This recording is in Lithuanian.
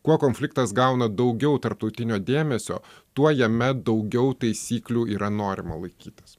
kuo konfliktas gauna daugiau tarptautinio dėmesio tuo jame daugiau taisyklių yra norima laikytis